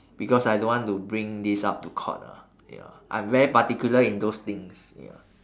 because I don't want to bring this up to court ah ya I'm very particular in those things ya